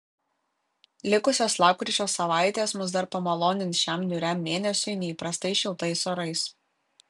likusios lapkričio savaitės mus dar pamalonins šiam niūriam mėnesiui neįprastai šiltais orais